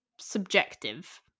subjective